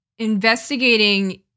investigating